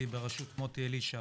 במשרדי, בראשות מוטי אלישע